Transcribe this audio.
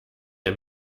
der